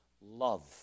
love